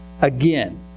again